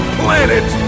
planet